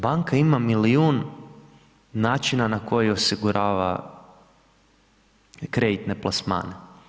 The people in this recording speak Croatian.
Banka ima milijun načina na koji osigurava kreditne plasmane.